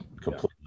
completely